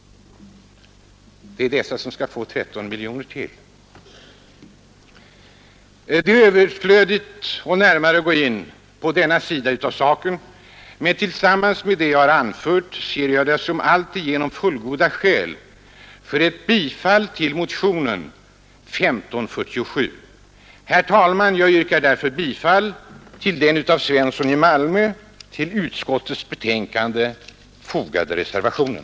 Det är dessa som skall få 13 miljoner till. Det är överflödigt att närmare gå in på denna sida av saken, men tillsammans med det andra jag har nämnt anser jag det vara alltigenom fullgoda skäl för ett bifall till motionen 1547. Herr talman! Jag yrkar därför bifall till den av herr Svensson i Malmö till utskottsbetänkandet fogade reservationen.